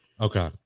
Okay